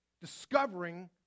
discovering